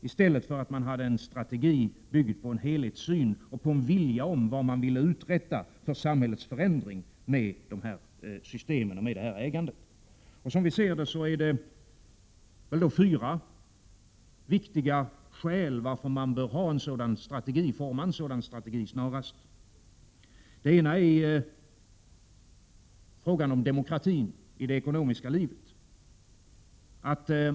I stället skulle det ha funnits en strategi som bygger på en helhetssyn och på önskan om vad man vill uträtta i syfte att utveckla samhällets system för sådant här ägande. Som vi ser saken finns det fyra viktiga skäl till att en strategi av här nämnt slag bör utformas. Ett skäl är frågan om demokratin i det ekonomiska livet.